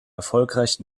erfolgreich